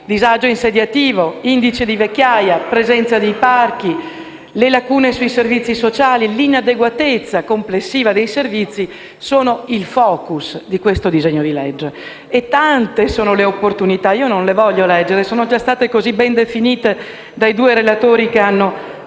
disagio insediativo, l'indice di vecchiaia, la presenza di parchi, le lacune sui servizi sociali e l'inadeguatezza complessiva dei servizi sono il *focus* del disegno di legge in esame. E tante sono le opportunità, che non voglio leggere, perché sono già state assai ben definite dai due relatori che mi hanno